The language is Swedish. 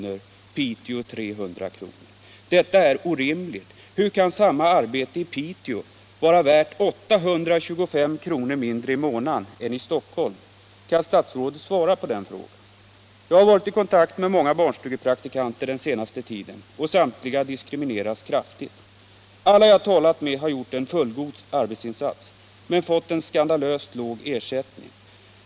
och Piteå 300 kr. Detta är orimligt. Hur kan samma arbete i Piteå vara värt 825 kr. mindre i månaden än i Stockholm? Kan statsrådet svara på den frågan? Jag har varit i förbindelse med många barnstugepraktikanter under den senaste tiden, och det visar sig att samtliga diskrimineras kraftigt. Alla som jag har talat med har gjort en fullgod arbetsinsats men fått en skandalöst låg ersättning.